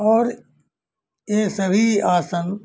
और यह सभी आसन